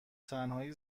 تنهایی